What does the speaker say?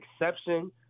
exception